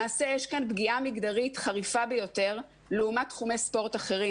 למעשה יש כאן פגיעה מגדרית חריפה ביותר לעומת תחומי ספורט אחרים.